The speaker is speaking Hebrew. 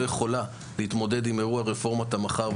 יכולה להתמודד עם אירוע רפורמת המח"ר,